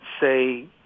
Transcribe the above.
say